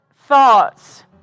thoughts